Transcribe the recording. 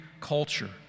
culture